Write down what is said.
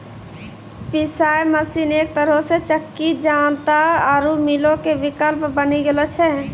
पिशाय मशीन एक तरहो से चक्की जांता आरु मीलो के विकल्प बनी गेलो छै